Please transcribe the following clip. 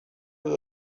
that